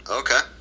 okay